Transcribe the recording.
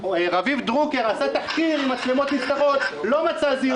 רביב דרוקר עשה תחקיר עם מצלמות נסתרות ולא מצא זיופים.